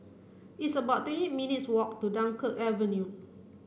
it's about twenty eight minutes' walk to Dunkirk Avenue